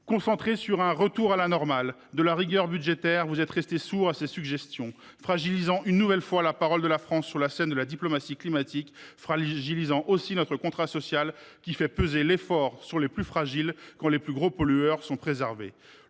Concentré sur un retour à la normale de la rigueur budgétaire, il est resté sourd à ces suggestions, fragilisant une nouvelle fois la parole de la France sur la scène de la diplomatie climatique, mais aussi notre contrat social, qui fait peser l’effort sur les plus fragiles, quand les plus gros pollueurs sont préservés.